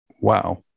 wow